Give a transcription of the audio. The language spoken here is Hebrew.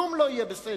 כלום לא יהיה בסדר.